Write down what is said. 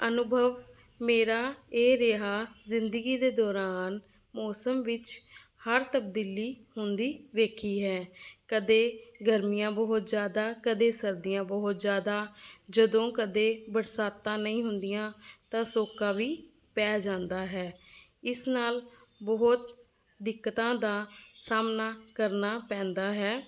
ਅਨੁਭਵ ਮੇਰਾ ਇਹ ਰਿਹਾ ਜ਼ਿੰਦਗੀ ਦੇ ਦੌਰਾਨ ਮੌਸਮ ਵਿੱਚ ਹਰ ਤਬਦੀਲੀ ਹੁੰਦੀ ਵੇਖੀ ਹੈ ਕਦੇ ਗਰਮੀਆਂ ਬਹੁਤ ਜ਼ਿਆਦਾ ਕਦੇ ਸਰਦੀਆਂ ਬਹੁਤ ਜ਼ਿਆਦਾ ਜਦੋਂ ਕਦੇ ਬਰਸਾਤਾਂ ਨਹੀਂ ਹੁੰਦੀਆਂ ਤਾਂ ਸੋਕਾ ਵੀ ਪੈ ਜਾਂਦਾ ਹੈ ਇਸ ਨਾਲ ਬਹੁਤ ਦਿੱਕਤਾਂ ਦਾ ਸਾਹਮਣਾ ਕਰਨਾ ਪੈਂਦਾ ਹੈ